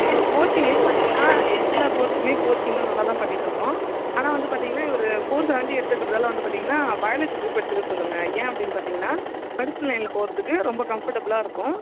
இல்லைம்மா coaching wise பார்த்திங்கன்னா எல்லா கோர்ஸ்க்குமே கோச்சிங்கெலாம் நல்லா தான் பண்ணிகிட்டு இருக்கோம் ஆனால் வந்து பார்த்திங்கன்னா இவர் ஃபோர் சவன்ட்டி எடுத்துருக்கிறதால வந்து பார்த்திங்கன்னா பயாலஜி குரூப் எடுத்துக்க சொல்லுங்கள் ஏன் அப்படின்னு பார்த்திங்கன்னா படிச்ச லைன்ல போகிறதுக்கு ரொம்ப கம்ஃபர்டபுளாக இருக்கும்